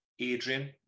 Adrian